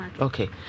Okay